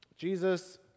Jesus